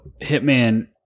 Hitman